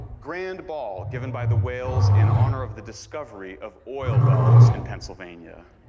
grand ball given by the whales in honor of the discovery of oil wells in pennsylvania.